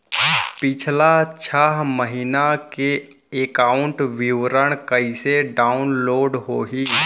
पिछला छः महीना के एकाउंट विवरण कइसे डाऊनलोड होही?